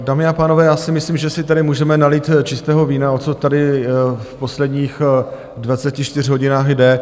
Dámy a pánové, já si myslím, že si tady můžeme nalít čistého vína, o co tady v posledních 24 hodinách jde.